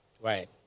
Right